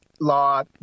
law